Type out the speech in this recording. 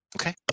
Okay